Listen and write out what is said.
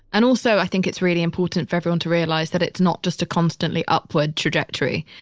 and also, i think it's really important for everyone to realize that it's not just a constantly upward trajectory.